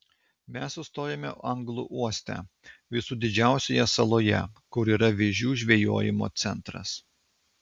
mes sustojome anglų uoste visų didžiausioje saloje kur yra vėžių žvejojimo centras